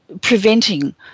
preventing